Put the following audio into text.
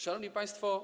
Szanowni Państwo!